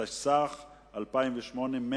התשס"ח 2008,